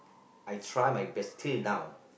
I try my best till now